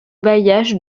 bailliage